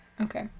Okay